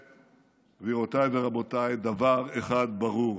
גבירותיי ורבותיי, דבר אחד ברור: